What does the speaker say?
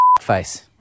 face